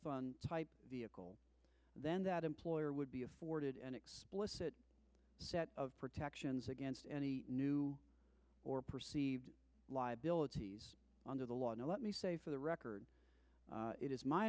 type vehicle then that employer would be afforded an explicit set of protections against any new or perceived liabilities under the law and let me say for the record it is my